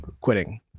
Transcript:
quitting